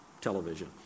television